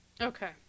Okay